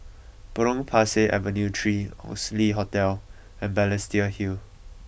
Potong Pasir Avenue three Oxley Hotel and Balestier Hill